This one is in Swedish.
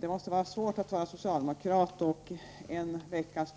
Det måste vara svårt att vara socialdemokrat och tvingas